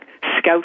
scout